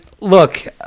look